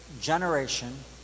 generation